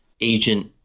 agent